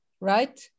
right